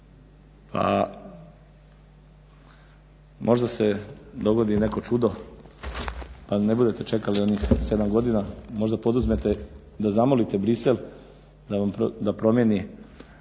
a možda se dogodi i neko čudo pa ne budete čekali onih 7 godina. Možda poduzmete da zamolite Bruxelles da promijeni